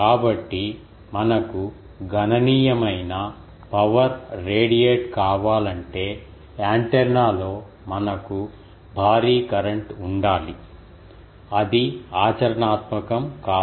కాబట్టి మనకు గణనీయమైన పవర్ రేడియేట్ కావాలంటే యాంటెన్నాలో మనకు భారీ కరెంట్ ఉండాలి అది ఆచరణాత్మకం కాదు